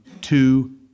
two